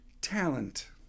talent